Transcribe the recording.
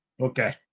Okay